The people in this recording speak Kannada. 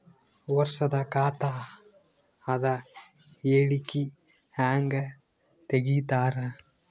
ವರ್ಷದ ಖಾತ ಅದ ಹೇಳಿಕಿ ಹೆಂಗ ತೆಗಿತಾರ?